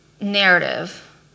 narrative